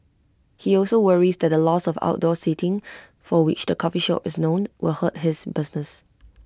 he also worries that the loss of outdoor seating for which the coffee shop is known will hurt his business